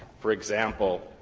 for example,